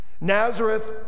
Nazareth